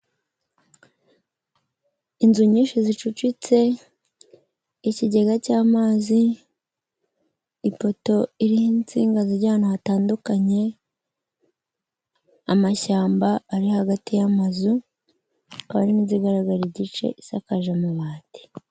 Inzu nyinshi zicucitse, ikigega cy'amazi, ipoto iriho insinga zijya ahantu hatandukanye, amashyamba ari hagati y'amazu, hakaba hari n'inzu igaragara igice isakaje amabati.